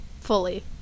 fully